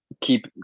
keep